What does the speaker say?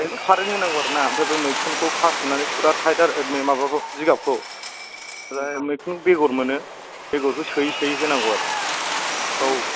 हायोबा कारेन्ट होनांगौ आरोना ओमफ्राय बे मैखुनखौ खाथबनानै फुरा थाइद आरोखि माबाखौ जिगाबखौ ओमफ्राय मैखुन बेगर मोनो बेगरखौ सोयै सोयै होनांगौ आरो औ